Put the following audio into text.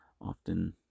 often